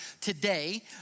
today